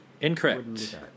Incorrect